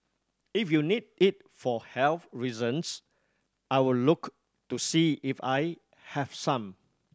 if you need it for health reasons I will look to see if I have some